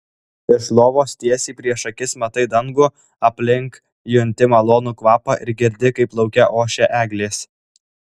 iš lovos tiesiai prieš akis matai dangų aplink junti malonų kvapą ir girdi kaip lauke ošia eglės